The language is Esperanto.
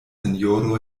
sinjoro